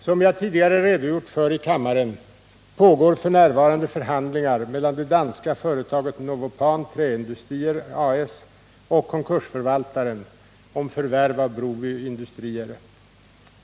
Som jag tidigare redogjort för i kammaren pågår f. n. förhandlingar mellan det danska företaget Novopan Träindustrier A/S och konkursförvaltaren om förvärv av Broby Industrier AB.